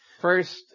First